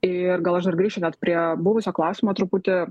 ir gal aš dar grįšiu net prie buvusio klausimo truputį